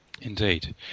Indeed